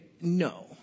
no